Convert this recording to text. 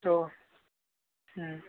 औ ओम